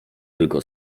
tylko